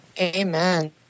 Amen